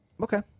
Okay